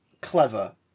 clever